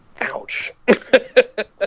Ouch